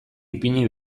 ipini